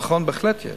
נכון, בהחלט יש.